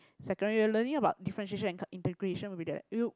secondary we are learning about differentiation and cal~ integration will be there you